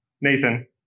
Nathan